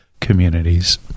communities